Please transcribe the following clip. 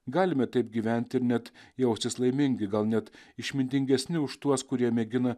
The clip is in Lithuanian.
galime taip gyventi ir net jaustis laimingi gal net išmintingesni už tuos kurie mėgina